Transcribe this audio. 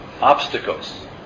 obstacles